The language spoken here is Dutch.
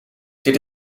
dit